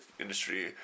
industry